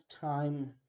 time